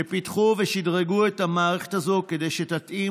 שפיתחו ושדרגו את המערכת הזאת כדי שתתאים